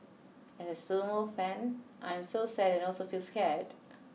as sumo fan I'm so sad and also feel scared